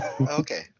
Okay